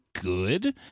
good